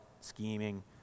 scheming